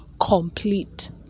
complete